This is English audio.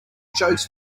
jokes